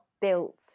built